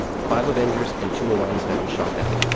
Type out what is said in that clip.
five avengers and two marauders had been shot down.